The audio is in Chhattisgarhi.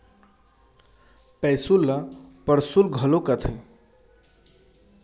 पैसुल ल परसुल घलौ कथें